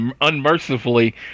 unmercifully